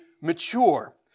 mature